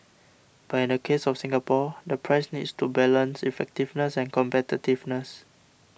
but in the case of Singapore the price needs to balance effectiveness and competitiveness